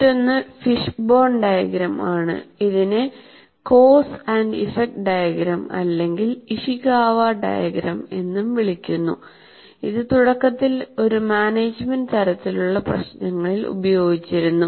മറ്റൊന്ന് fishbone diagram ആണ് ഇതിനെ കോസ് ആൻഡ് ഇഫക്റ്റ് ഡയഗ്രം അല്ലെങ്കിൽ ഇഷികാവ ഡയഗ്രം എന്നും വിളിക്കുന്നു ഇത് തുടക്കത്തിൽ ഒരു മാനേജ്മെന്റ് തരത്തിലുള്ള പ്രശ്നങ്ങളിൽ ഉപയോഗിച്ചിരുന്നു